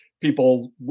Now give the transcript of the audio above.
people